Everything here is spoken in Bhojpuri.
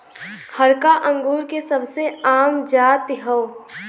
हरका अंगूर के सबसे आम जाति हौ